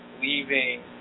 leaving